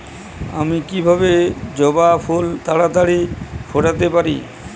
আমি কিভাবে জবা ফুল তাড়াতাড়ি ফোটাতে পারি?